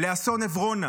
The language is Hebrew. לאסון עברונה,